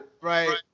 Right